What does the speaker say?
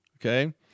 Okay